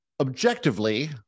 objectively